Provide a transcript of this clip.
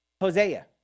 Hosea